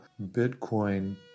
Bitcoin